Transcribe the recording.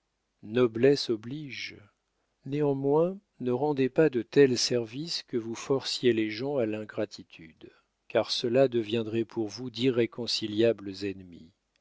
noblesse oblige néanmoins ne rendez pas de tels services que vous forciez les gens à l'ingratitude car ceux-là deviendraient pour vous d'irréconciliables ennemis